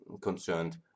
concerned